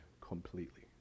completely